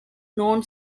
known